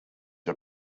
are